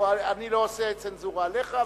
אני לא עושה צנזורה עליך,